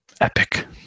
Epic